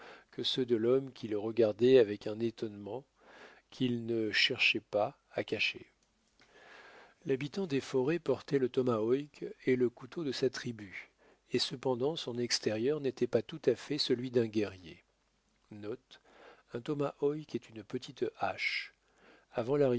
que ceux de l'homme qui le regardait avec un étonnement qu'il ne cherchait pas à cacher l'habitant des forêts portait le tomahawk et le couteau de sa tribu et cependant son extérieur n'était pas tout à fait celui d'un guerrier